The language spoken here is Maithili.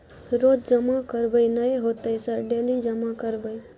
रोज जमा करबे नए होते सर डेली जमा करैबै?